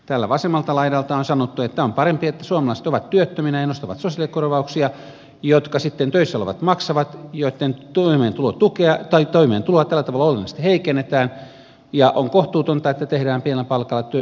täällä vasemmalta laidalta on sanottu että on parempi että suomalaiset ovat työttöminä ja nostavat sosiaalikorvauksia jotka sitten töissä olevat maksavat joitten toimeentuloa tällä tavalla olennaisesti heikennetään ja on kohtuutonta että tehdään pienellä palkalla työtä